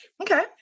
Okay